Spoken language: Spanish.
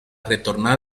retornar